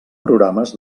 programes